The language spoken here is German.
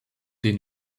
den